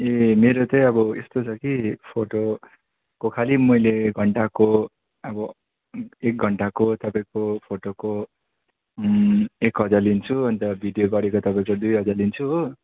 ए मेरो चाहिँ अब यस्तो छ कि फोटोको खालि मैले घन्टाको अब एक घन्टाको तपाईँको फोटोको एक हजार लिन्छु अन्त भिडियो गरेको तपाईँको दुई हजार लिन्छु हो